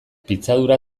pitzadura